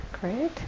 great